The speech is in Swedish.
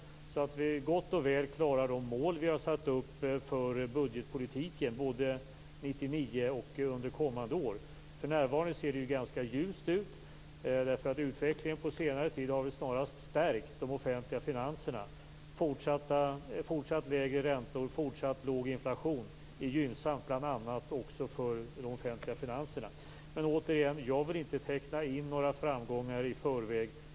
På så sätt kan vi gott och väl uppnå de mål vi har satt upp för budgetpolitiken både 1999 och under kommande år. För närvarande ser det ganska ljust ut. Utvecklingen under senare tid har ju snarast stärkt de offentliga finanserna. Fortsatt lägre räntor och fortsatt låg inflation är gynnsamt bl.a. också för de offentliga finanserna. Men återigen: Jag vill inte teckna in några framgångar i förväg.